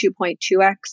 2.2x